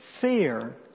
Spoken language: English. fear